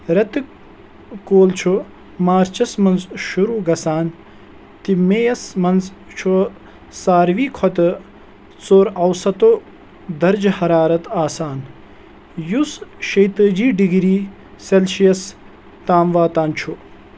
رٮ۪تہٕ کول چھُ مارچس منٛز شروٗع گژھان تہِ مئے یَس منٛز چھُ ساروی کھوتہٕ ژوٚر اَوسَطو درجہ حرارت آسان یُس شیٚتٲجی ڈگری سیلسیس تام واتان چھُ